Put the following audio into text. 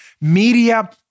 media